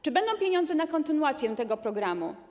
Czy będą pieniądze na kontynuację tego programu?